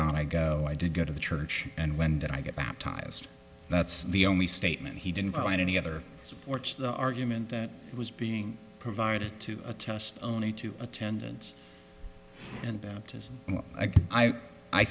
not i go i did go to the church and when did i get baptized that's the only statement he didn't by any other supports the argument that was being provided to a test only to attendance and